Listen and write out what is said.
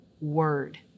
word